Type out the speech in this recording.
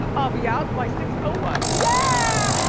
ah i'll be out by six ah one. yeah